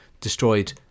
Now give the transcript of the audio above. destroyed